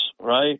right